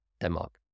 Denmark